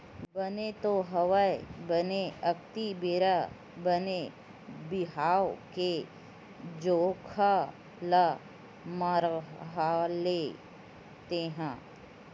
बने तो हवय बने अक्ती बेरा बने बिहाव के जोखा ल मड़हाले तेंहा